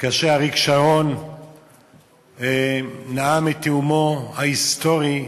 כאשר אריק שרון נאם את נאומו ההיסטורי,